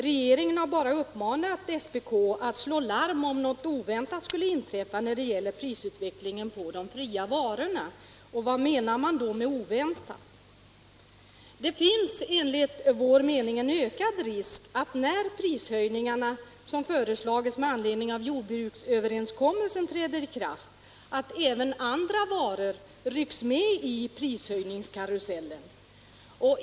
Regeringen har bara uppmanat SPK att slå larm om något oväntat skulle inträffa när det gäller prisutvecklingen på de fria varorna. Vad menar man då med oväntat? När de prishöjningar trätt i kraft som föreslagits med anledning av jordbruksöverenskommelsen, finns det enligt vår mening en ökad risk för att även andra varor rycks med i prishöjningskarusellen.